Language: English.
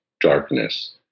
darkness